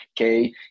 okay